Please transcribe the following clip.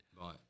Right